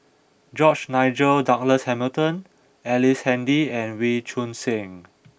George Nigel Douglas Hamilton Ellice Handy and Wee Choon Seng